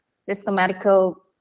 systematical